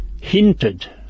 hinted